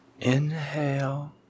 Inhale